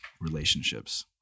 relationships